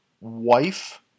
wife